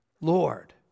Lord